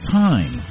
time